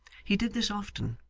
he did this often,